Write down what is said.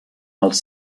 els